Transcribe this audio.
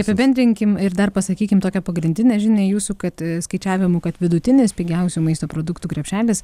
apibendrinkim ir dar pasakykim tokią pagrindinę žinią jūsų kad skaičiavimų kad vidutinis pigiausių maisto produktų krepšelis